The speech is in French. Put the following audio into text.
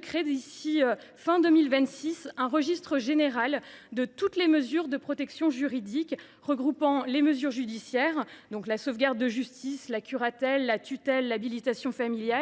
crée d’ici à la fin de l’année 2026 un registre général de toutes les mesures de protection juridique, regroupant les mesures judiciaires – sauvegarde de justice, curatelle, tutelle, habilitation familiale